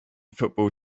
football